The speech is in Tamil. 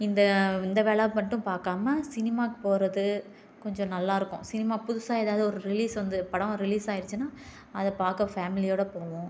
இந்த இந்த வேலை மட்டும் பார்க்காம சினிமாக்கு போகிறது கொஞ்சம் நல்லாயிருக்கும் சினிமா புதுசாக ஏதாவது ஒரு ரிலீஸ் வந்து படம் ரிலீஸ் ஆகிடிச்சினா அதை பார்க்க ஃபேமிலியோட போவோம்